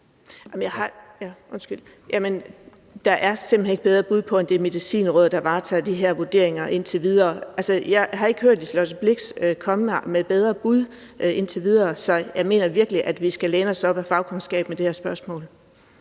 der er simpelt hen ikke bedre bud på det, end at det er Medicinrådet, der varetager de her vurderinger indtil videre. Altså, jeg har ikke hørt fru Liselott Blixt komme med bedre bud indtil videre, så jeg mener virkelig, at vi skal læne os op ad fagkundskaben i det her spørgsmål.